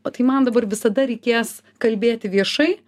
o tai man dabar visada reikės kalbėti viešai